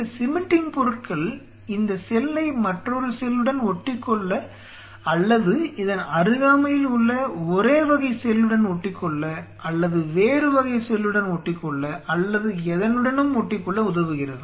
இந்த சிமென்டிங் பொருட்கள் இந்த செல்லை மற்றொரு செல்லுடன் ஒட்டிக்கொள்ள அல்லது இதன் அருகாமையில் உள்ள ஒரே வகை செல்லுடன் ஒட்டிக்கொள்ள அல்லது வேறு வகை செல்லுடன் ஒட்டிக்கொள்ள அல்லது எதனுடனும் ஒட்டிக்கொள்ள உதவுகிறது